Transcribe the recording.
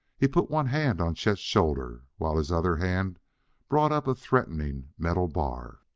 he put one hand on chet's shoulder, while his other hand brought up a threatening metal bar.